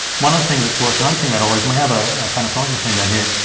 one of the things that's worth noticing about all these, and we have a panasonic machine down here,